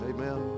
Amen